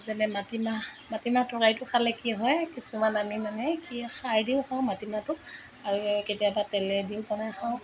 যেনে মাটিমাহ মাটিমাহ তৰকাৰিটো খালে কি হয় কিছুমান আমি মানে কি খাৰ দিও খাওঁ মাটিমাহটো আৰু কেতিয়াবা তেলে দিও বনাই খাওঁ